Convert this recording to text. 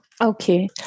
Okay